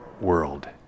world